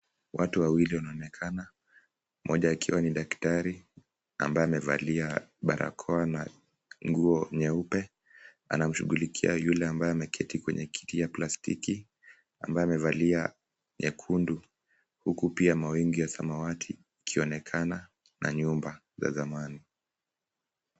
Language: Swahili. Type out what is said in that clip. Watu wawili wanaonekana, mmoja akiwa ni daktari ambaye amevalia barakoa na nguo nyeupe. Anamshughulikia yule ambaye ameketi kwenye kiti ya plastiki, ambaye amevalia nyekundu, huku pia mawingu ya samawati ikionekana na nyumba za zamani.